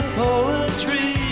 poetry